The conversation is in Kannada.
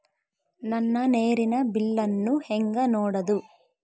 ನನ್ನ ನೇರಿನ ಬಿಲ್ಲನ್ನು ಹೆಂಗ ನೋಡದು?